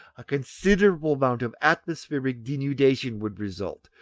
a considerable amount of atmospheric denudation would result,